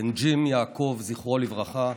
בן ג'ים יעקב, זכרו לברכה,